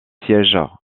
siège